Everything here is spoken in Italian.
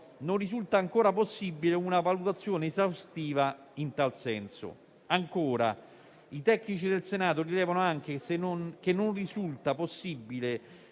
non risulta ancora possibile una valutazione esaustiva in tal senso. I tecnici del Senato rilevano altresì che non risulta possibile